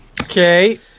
Okay